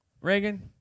Reagan